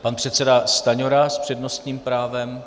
Pan předseda Stanjura s přednostním právem.